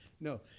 No